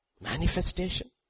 Manifestation